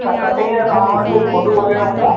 त कटिंग या तव्हां वटि कोई फोटू वग़ैरह हूंदा